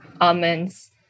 almonds